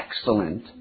excellent